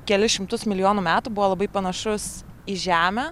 kelis šimtus milijonų metų buvo labai panašus į žemę